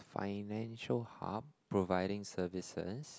financial hub providing services